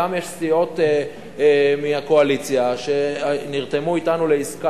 יש גם סיעות מהקואליציה שנרתמו אתנו לעסקה,